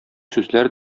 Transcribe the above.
сүзләр